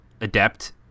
adept